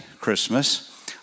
Christmas